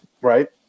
Right